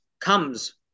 comes